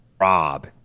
Rob